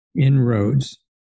inroads